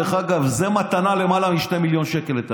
דרך אגב, לטעמי, זה מתנה של למעלה מ-2 מיליון שקל.